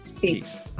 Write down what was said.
Peace